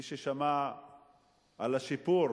מי ששמע על השיפור